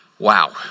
wow